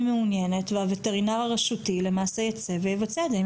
מעוניינת והווטרינר הרשותי למעשה יצא ויבצע את זה.